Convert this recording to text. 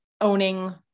owning